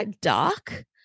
dark